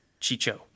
Chicho